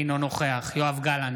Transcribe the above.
אינו נוכח יואב גלנט,